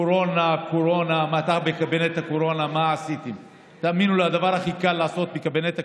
קורונה, קורונה, מה עשיתם בקבינט הקורונה?